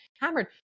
hammered